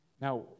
Now